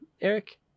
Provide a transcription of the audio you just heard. eric